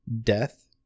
death